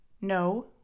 No